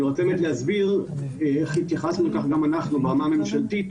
אני רוצה להסביר איך התייחסנו לכך גם אנחנו ברמה הממשלתית